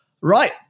right